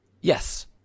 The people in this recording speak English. Yes